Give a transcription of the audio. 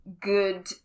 good